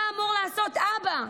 מה אמור לעשות אבא?